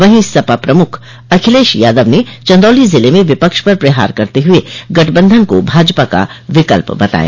वहीं सपा प्रमुख अखिलेश यादव ने चन्दौली जिले में विपक्ष पर प्रहार करते हुए गठबंधन को भाजपा का विकल्प बताया